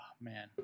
man